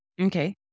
Okay